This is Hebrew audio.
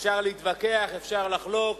אפשר להתווכח, אפשר לחלוק,